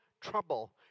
trouble